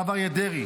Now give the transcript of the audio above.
הרב אריה דרעי,